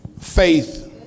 faith